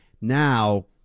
Now